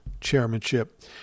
chairmanship